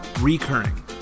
recurring